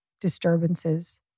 disturbances